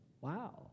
Wow